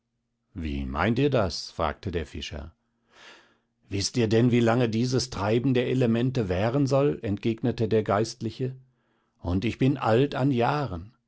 wie meint ihr das fragte der fischer wißt ihr denn wie lange dieses treiben der elemente währen soll entgegnete der geistliche und ich bin alt an jahren